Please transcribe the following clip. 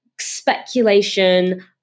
speculation